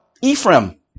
Ephraim